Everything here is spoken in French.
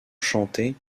chantés